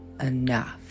enough